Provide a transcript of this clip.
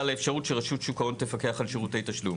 האפשרות שרשות שוק ההון תפקח על שירותי תשלום.